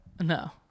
No